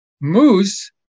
Moose